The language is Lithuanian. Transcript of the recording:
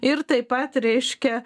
ir taip pat reiškia